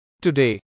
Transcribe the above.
Today